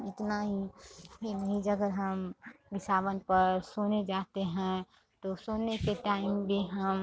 इतना ही अगर हम बिसावन पर सोने जाते हैं तो सोने के टाइम भी हम